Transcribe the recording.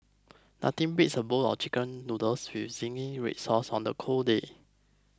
nothing beats a bowl of Chicken Noodles with Zingy Red Sauce on the cold day